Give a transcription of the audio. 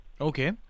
Okay